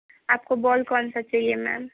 आपको बॉल कौनसा चहिए मैम